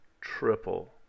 triple